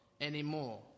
anymore